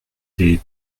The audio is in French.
des